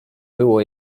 było